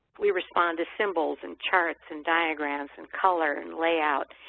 we respond to symbols and charts and diagrams and color and layout.